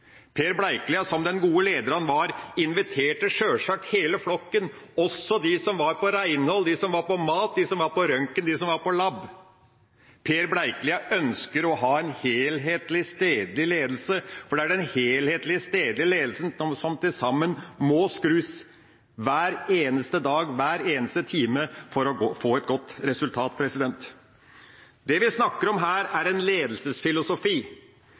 Per Bleikelia, som den gode leder han var, inviterte sjølsagt hele flokken, også de som var på reinhold, de som var på mat, de som var på røntgen, og de som var på lab. Per Bleikelia ønsker å ha en helhetlig stedlig ledelse, for det er den helhetlige stedlige ledelsen som til sammen må skrus hver eneste dag, hver eneste time, for å få et godt resultat. Det vi snakker om her, er en ledelsesfilosofi,